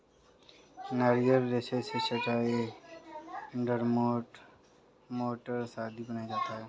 नारियल रेशा से चटाई, डोरमेट, मैटरेस आदि बनाया जाता है